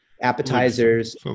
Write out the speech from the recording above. appetizers